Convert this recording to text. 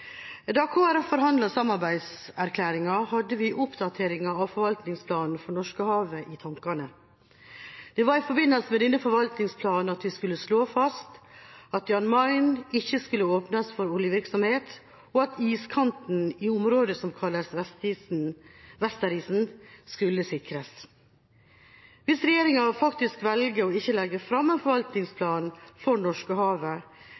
Da Kristelig Folkeparti forhandlet om samarbeidserklæringa, hadde vi oppdateringer av forvaltningsplanen for Norskehavet i tankene. Det var i forbindelse med denne forvaltningsplanen at vi skulle slå fast at Jan Mayen ikke skulle åpnes for oljevirksomhet, og at iskanten i området som kalles Vesterisen, skulle sikres. Hvis regjeringa faktisk velger ikke å legge fram en